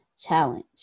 Challenge